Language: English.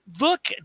Look